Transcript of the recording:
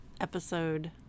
episode